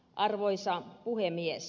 arvoisa puhemies